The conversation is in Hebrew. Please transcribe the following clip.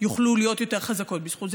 יוכלו להיות יותר חזקות בזכות זה,